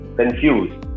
confused